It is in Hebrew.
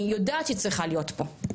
אני יודעת שהיא צריכה להיות פה,